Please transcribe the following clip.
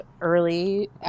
early